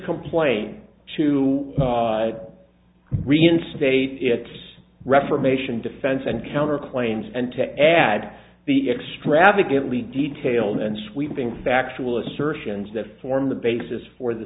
complaint to reinstate its reformation defense and counter claims and to add the extravagantly detailed and sweeping factual assertions that form the basis for the